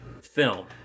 film